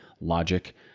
logic